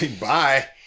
bye